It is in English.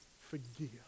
Forgive